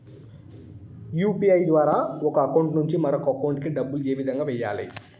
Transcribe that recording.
UPI ద్వారా ఒక account నుంచి మరొక అకౌంట్ కి డబ్బులు ఏ విధంగా వెయ్యాలి